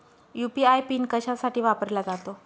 UPI PIN कशासाठी वापरला जातो?